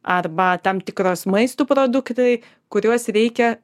arba tam tikros maisto produktai kuriuos reikia